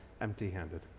empty-handed